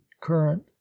current